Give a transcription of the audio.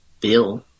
bill